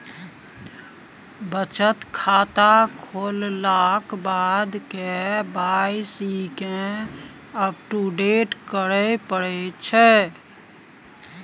बचत खाता खोललाक बाद के वाइ सी केँ अपडेट करय परै छै